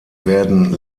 werden